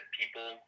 people